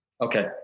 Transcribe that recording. Okay